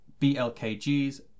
BLKGs